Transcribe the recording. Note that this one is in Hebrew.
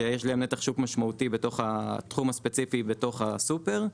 שיש להן נתח משמעותי בתחום הספציפי בתוך הסופר.